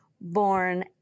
born